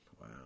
Wow